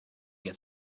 get